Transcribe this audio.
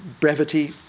brevity